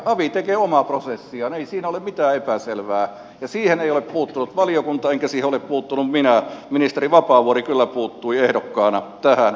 avi tekee omaa prosessiaan ei siinä ole mitään epäselvää ja siihen ei ole puuttunut valiokunta enkä siihen ole puuttunut minä ministeri vapaavuori kyllä puuttui ehdokkaana tähän